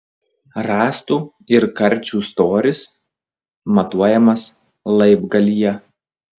rąstų ir karčių storis matuojamas laibgalyje